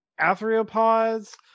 atheropods